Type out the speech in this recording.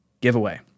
giveaway